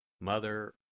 Mother